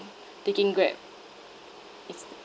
taking Grab